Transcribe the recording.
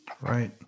Right